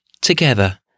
together